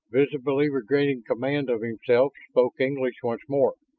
visibly regaining command of himself, spoke english once more.